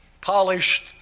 polished